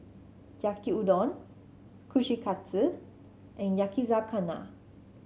Yaki Udon Kushikatsu and Yakizakana